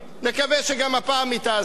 נקווה שגם הפעם היא תעזור.